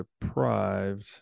deprived